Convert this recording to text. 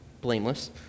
blameless